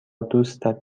دوستت